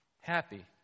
happy